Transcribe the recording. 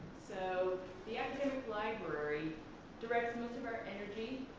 so the academic library directs most of our energy,